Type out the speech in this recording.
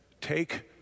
take